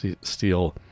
steel